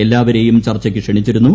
എല്ലാവരെയും ചർച്ചക്ക് ക്ഷണിച്ചിരുന്നു